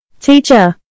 Teacher